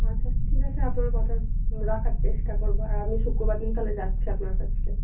আচ্ছা ঠিক আছে আপনার কথা রাখার চেষ্টা করব আর আমি শুক্রবার দিন তাহলে যাচ্ছি আপনার কাছে